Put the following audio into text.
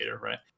right